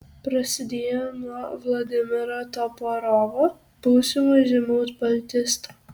prasidėjo nuo vladimiro toporovo būsimo žymaus baltisto